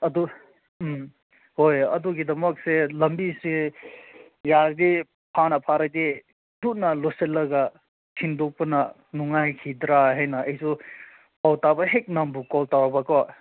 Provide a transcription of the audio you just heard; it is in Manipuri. ꯑꯗꯨ ꯎꯝ ꯍꯣꯏ ꯑꯗꯨꯒꯤꯗꯃꯛꯁꯦ ꯂꯝꯕꯤꯁꯦ ꯌꯥꯔꯗꯤ ꯍꯥꯟꯅ ꯐꯔꯗꯤ ꯊꯨꯅ ꯂꯣꯏꯁꯤꯜꯂꯒ ꯊꯤꯟꯗꯣꯛꯄꯅ ꯅꯨꯡꯉꯥꯏꯈꯤꯗ꯭ꯔꯥ ꯍꯥꯏꯅ ꯑꯩꯁꯨ ꯄꯥꯎ ꯇꯥꯕ ꯍꯦꯛ ꯅꯪꯕꯨ ꯀꯣꯜ ꯇꯧꯕꯀꯣ